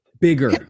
bigger